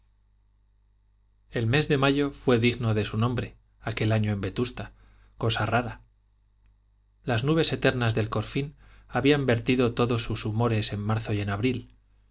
el mes de mayo fue digno de su nombre aquel año en vetusta cosa rara las nubes eternas del corfín habían vertido todos sus humores en marzo y en abril